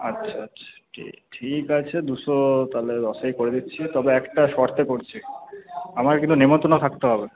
আচ্ছা আচ্ছা ঠিক আছে দুশো তালে দশেই করে দিচ্ছি তবে একটা শর্তে করছি আমার কিন্তু নেমন্তন্ন থাকতে হবে